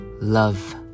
love